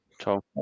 Ciao